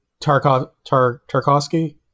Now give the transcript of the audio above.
Tarkovsky